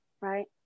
right